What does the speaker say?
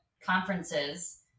conferences